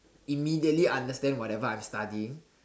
immediately understand whatever I'm studying